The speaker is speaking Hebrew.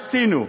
עשינו.